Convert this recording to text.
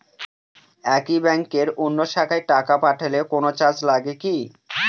একই ব্যাংকের অন্য শাখায় টাকা পাঠালে কোন চার্জ লাগে কি?